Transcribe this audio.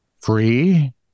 free